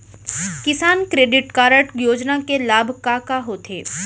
किसान credit card योजना के लाभ का का होथे?